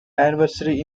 anniversary